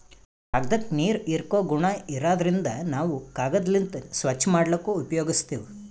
ಕಾಗ್ದಾಕ್ಕ ನೀರ್ ಹೀರ್ಕೋ ಗುಣಾ ಇರಾದ್ರಿನ್ದ ನಾವ್ ಕಾಗದ್ಲಿಂತ್ ಸ್ವಚ್ಚ್ ಮಾಡ್ಲಕ್ನು ಉಪಯೋಗಸ್ತೀವ್